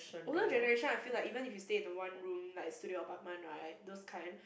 older generation I feel like even if you stay in a one room like studio apartment right those kind